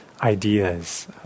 ideas